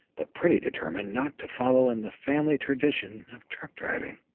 but pretty determined not to follow in the family tradition of truck driving.